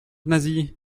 nasie